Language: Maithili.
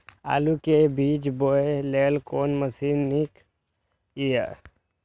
आलु के बीज बोय लेल कोन मशीन नीक ईय?